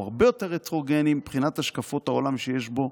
הוא הרבה יותר הטרוגני מבחינת השקפות העולם שיש בו,